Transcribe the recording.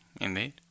Indeed